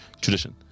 tradition